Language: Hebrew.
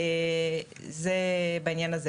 אז זה בעניין הזה.